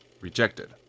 rejected